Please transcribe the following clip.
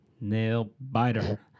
Nail-biter